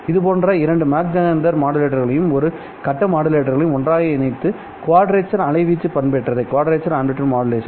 இதுபோன்ற இரண்டு Mach Zehnder மாடுலேட்டர்களையும் ஒரு கட்ட மாடுலேட்டரையும் ஒன்றாக இணைத்து குவாட்ரேச்சர் அலைவீச்சு பண்பு ஏற்றத்தை பெறலாம்